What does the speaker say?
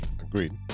Agreed